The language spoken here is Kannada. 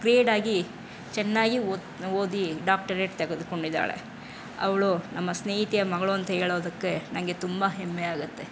ಗ್ರೇಡಾಗಿ ಚೆನ್ನಾಗಿ ಓದಿ ಡಾಕ್ಟರೇಟ್ ತೆಗೆದುಕೊಂಡಿದ್ದಾಳೆ ಅವಳು ನಮ್ಮ ಸ್ನೇಹಿತೆಯ ಮಗಳು ಅಂತ ಹೇಳೋದಕ್ಕೆ ನಂಗೆ ತುಂಬ ಹೆಮ್ಮೆ ಆಗುತ್ತೆ